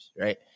right